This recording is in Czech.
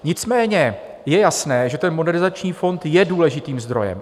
Nicméně je jasné, že Modernizační fond je důležitým zdrojem.